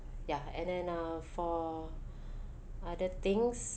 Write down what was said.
ya and then uh for other things